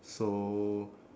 so